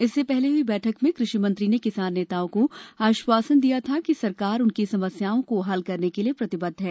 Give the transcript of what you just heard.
इससे पहले हुई बैठक में कृषि मंत्री ने किसान नेताओं को आश्वासन दिया था कि सरकार उनकी समस्याओं को हल करने के लिए प्रतिबद्ध है